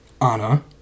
Anna